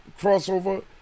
crossover